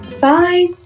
Bye